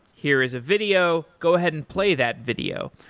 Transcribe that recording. here is a video. go ahead and play that video.